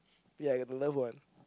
ya you got to love one